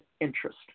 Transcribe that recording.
interest